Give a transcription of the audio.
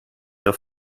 auf